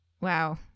Wow